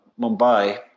Mumbai